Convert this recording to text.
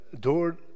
door